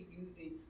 using